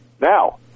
Now